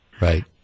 right